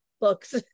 books